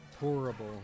Horrible